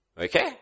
Okay